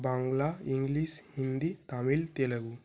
Bangla English Hindi Tamil Telugu